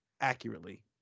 accurately